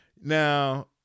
Now